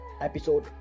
episode